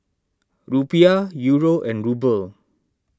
Rupiah Euro and Ruble